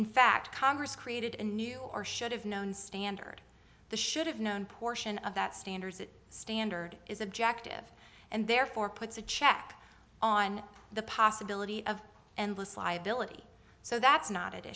in fact congress created a new or should have known standard the should have known portion of that standards that standard is objective and therefore puts a check on the possibility of endless liability so that's not a